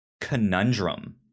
conundrum